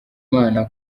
imana